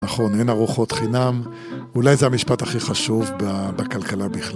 נכון, אין ארוחות חינם, אולי זה המשפט הכי חשוב בכלכלה בכלל.